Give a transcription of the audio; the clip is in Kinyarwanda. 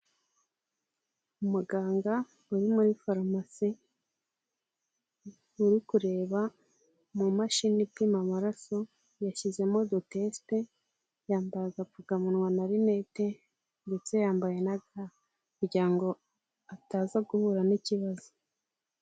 Umuganga uri muri farumasi uri kureba mu mumashini ipima amaraso yashyizemo udutesite, yambaye agapfukamunwa na rinete ndetse yambaye n'a ga, kugira ngo ataza guhura n'ikibazo.